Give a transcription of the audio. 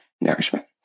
nourishment